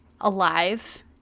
alive